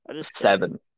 seven